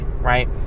right